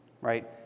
right